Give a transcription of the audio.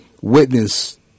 witness